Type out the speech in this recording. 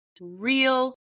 real